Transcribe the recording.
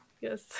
yes